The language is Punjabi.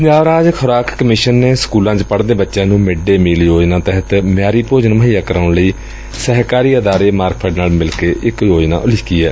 ਪੰਜਾਬ ਰਾਜ ਖੁਰਾਕ ਕਮਿਸ਼ਨ ਨੇ ਸਕੂਲਾਂ ਚ ਪੜ੍ਹਦੇ ਬਚਿਆਂ ਨੂੰ ਮਿਡ ਡੇਅ ਮੀਲ ਯੋਜਨਾ ਤਹਿਤ ਮਿਆਰੀ ਭੋਜਨ ਮੁਹੱਈਆ ਕਰਾਉਣ ਲਈ ਸਹਿਕਾਰੀ ਅਦਾਰੇ ਮਾਰਕਫੈੱਡ ਨਾਲ ਮਿਲ ਕੇ ਇਕ ਯੋਜਨਾ ਉਲੀਕੀ ਏ